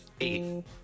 eight